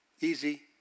Easy